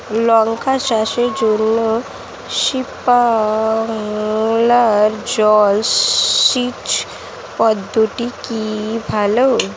লঙ্কা চাষের জন্য স্প্রিংলার জল সেচ পদ্ধতি কি ভালো?